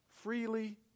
freely